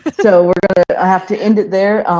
so are going to have to end it there.